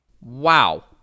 Wow